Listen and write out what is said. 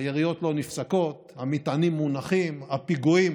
היריות לא נפסקות, המטענים מונחים, הפיגועים